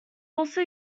also